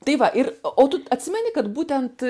tai va ir o tu atsimeni kad būtent